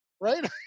right